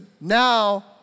now